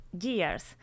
years